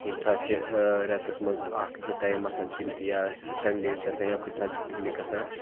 کُنہِ ساتہٕ چھِ رٮ۪تَس منٛز اَکھ زٕ ٹایِم آسان تِم تہِ یا سَنڈے چھِ آسان یا کُنہِ ساتہٕ چھِ پِکنِک گژھان